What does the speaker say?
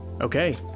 Okay